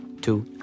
two